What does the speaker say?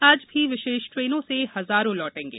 आज भी विशेष ट्रेनों से हजारों लौटेगें